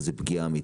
זו פגיעה אמיתית.